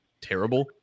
terrible